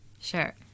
Sure